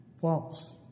False